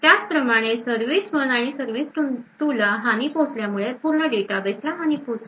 त्याचप्रमाणे Service1 आणि Service2 ला हानी पोहोचल्यामुळे पूर्ण डेटाबेस ला हानी पोहोचली